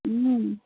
হুম